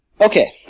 Okay